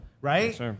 right